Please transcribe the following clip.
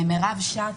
מירב שץ,